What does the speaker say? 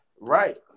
Right